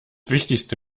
wichtigste